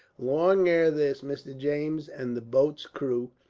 long ere this mr. james and the boats' crews